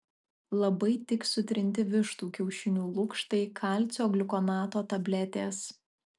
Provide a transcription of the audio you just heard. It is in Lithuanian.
labai tiks sutrinti vištų kiaušinių lukštai kalcio gliukonato tabletės